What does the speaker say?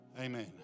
Amen